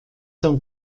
são